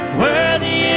worthy